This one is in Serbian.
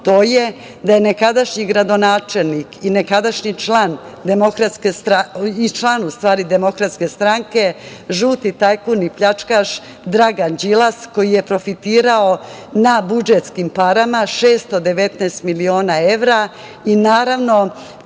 to je da je nekadašnji gradonačelnik i član DS žuti tajkun i pljačkaš Dragan Đilas, koji je profitirao na budžetskim parama, 619 miliona evra i naravno